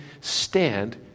stand